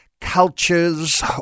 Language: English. cultures